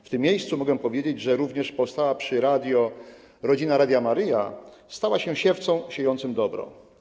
W tym miejscu mogę powiedzieć, że również powstała przy radiu Rodzina Radia Maryja stała się siewcą dobra.